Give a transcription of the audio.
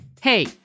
Hey